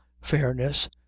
Fairness